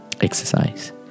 exercise